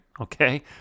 okay